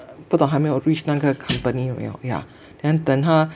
不懂还没有 reached 那个 company 有没有 yeah then 等它